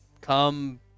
Come